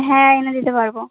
হ্যাঁ এনে দিতে পারবো